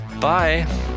Bye